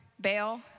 bail